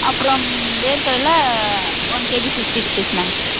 அப்புறோம் வேர்க்கடலை one KG fifty rupees ma'am